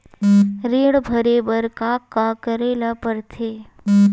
ऋण भरे बर का का करे ला परथे?